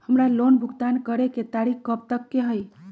हमार लोन भुगतान करे के तारीख कब तक के हई?